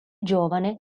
giovane